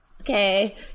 okay